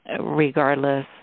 regardless